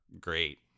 great